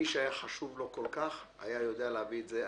מי שהיה חשוב לו כל כך היה יודע להביא את זה.